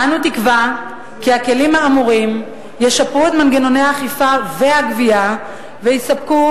אנו תקווה כי הכלים האמורים ישפרו את מנגנוני האכיפה והגבייה ויספקו